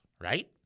Right